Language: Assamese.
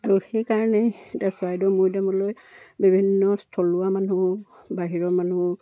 আৰু সেইকাৰণেই এতিয়া চৰাইদেউ মৈদামলৈ বিভিন্ন থলুৱা মানুহ বাহিৰৰ মানুহ